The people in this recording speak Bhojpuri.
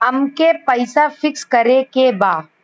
अमके पैसा फिक्स करे के बा?